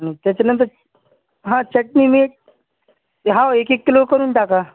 त्याच्यानंतर हा चटणी मीठ हो एक एक किलो करून टाका